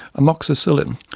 amoxicillin,